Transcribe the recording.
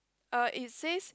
uh it says